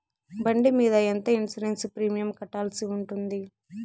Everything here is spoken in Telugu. బండి మీద ఎంత ఇన్సూరెన్సు ప్రీమియం కట్టాల్సి ఉంటుంది?